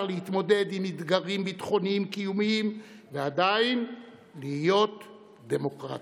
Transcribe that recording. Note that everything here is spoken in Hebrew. להתמודד עם אתגרים ביטחוניים קיומיים ועדיין להיות דמוקרטיה,